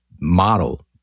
model